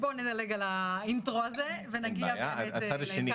בוא נדלג על האינטרו הזה ונגיע לעיקר.